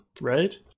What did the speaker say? right